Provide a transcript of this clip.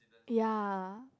ya